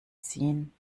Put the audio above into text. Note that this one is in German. ziehen